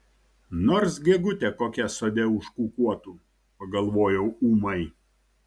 nors gegutė kokia sode užkukuotų pagalvojau ūmai